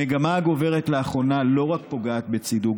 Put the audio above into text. המגמה הגוברת לאחרונה לא רק פוגעת בצידוק